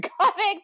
comics